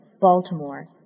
Baltimore